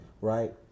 right